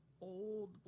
old